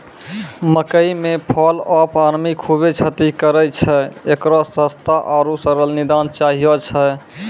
मकई मे fall of army खूबे क्षति करेय छैय, इकरो सस्ता आरु सरल निदान चाहियो छैय?